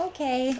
Okay